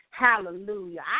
Hallelujah